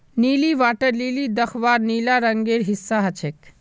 नीली water lily दख्वार नीला रंगेर हिस्सा ह छेक